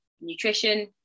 nutrition